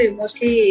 mostly